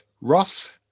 Ross